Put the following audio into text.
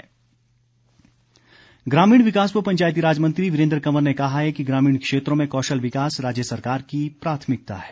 वीरेंद्र कंवर ग्रामीण विकास व पंचायतीराज मंत्री वीरेंद्र कंवर ने कहा है कि ग्रामीण क्षेत्रों में कौशल विकास राज्य सरकार की प्राथमिकता है